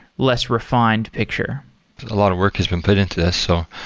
less refined picture a lot of work has been put into this. so